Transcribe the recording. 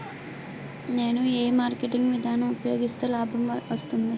నేను ఏ మార్కెటింగ్ విధానం ఉపయోగిస్తే లాభం వస్తుంది?